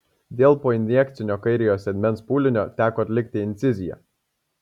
dėl poinjekcinio kairiojo sėdmens pūlinio teko atlikti inciziją